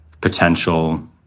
potential